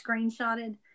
screenshotted